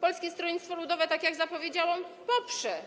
Polskie Stronnictwo Ludowe, tak jak zapowiedziałam, poprze